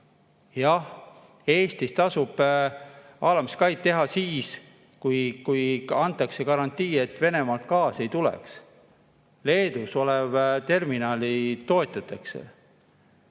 Jah, Eestis tasub haalamiskai teha siis, kui antakse garantii, et Venemaalt gaasi ei tule. Leedus olevat terminali toetab